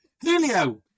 julio